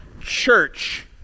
church